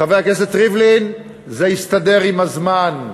חבר הכנסת ריבלין: זה יסתדר עם הזמן.